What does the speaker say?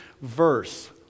verse